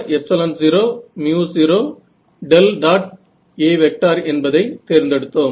A என்பதை தேர்ந்தெடுத்தோம்